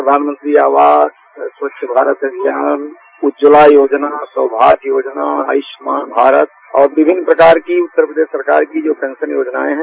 प्रधानमंत्री आवास स्वच्छ भारत अभियान उज्ज्वला योजना सौभाग्य योजना आयुष्मान भारत और विभिनन प्रकार की उत्तर प्रदेश सरकार की जो पेंशन योजनाएं है